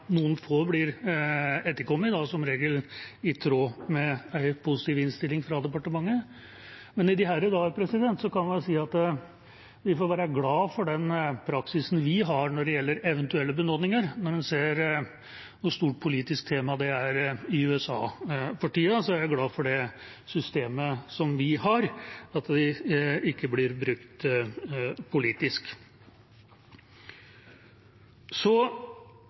noen få blir etterkommet, da som regel i tråd med en positiv innstilling fra departementet. Men i disse dager kan jeg si at vi får være glad for den praksisen vi har når det gjelder eventuelle benådninger. Når en ser hvor stort politisk tema dette er i USA for tida, er jeg glad for det systemet vi har, og at det ikke blir brukt politisk. Så